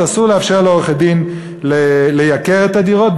אסור לאפשר לעורכי-הדין לייקר את הדירות,